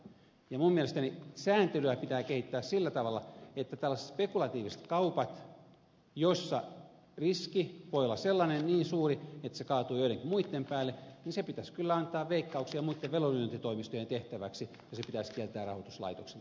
minun mielestäni sääntelyä pitää kehittää sillä tavalla että tällaiset spekulatiiviset kaupat joissa riski voi olla niin suuri että se kaatuu joidenkin muitten päälle pitäisi kyllä antaa veikkauksen ja muitten vedonlyöntitoimistojen tehtäväksi ja ne pitäisi kieltää rahoituslaitoksilta kokonaisuudessaan